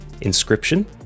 Inscription